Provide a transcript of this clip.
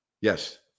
yes